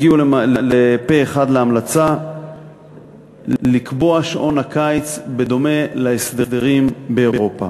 הגיעו פה אחד להמלצה לקבוע שעון קיץ בדומה להסדרים באירופה.